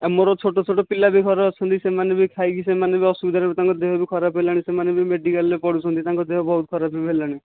ଆଉ ମୋର ଛୋଟ ଛୋଟ ପିଲା ବି ଘରେ ଅଛନ୍ତି ସେମାନେ ବି ଖାଇକି ସେମାନେ ବି ଅସୁବିଧାରେ ତାଙ୍କ ଦେହ ବି ଖରାପ ହେଲାଣି ସେମାନେ ବି ମେଡ଼ିକାଲରେ ପଡ଼ୁଛନ୍ତି ତାଙ୍କ ଦେହ ବହୁତ ଖରାପ ବି ହେଲାଣି